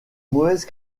mauvaise